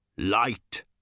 Light